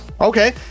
Okay